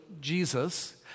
Jesus